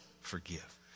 forgive